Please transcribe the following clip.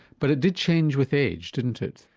but it did change with age didn't it?